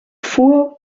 fuhr